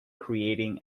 creating